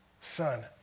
Son